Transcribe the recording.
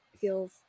feels